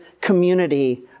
community